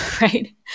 right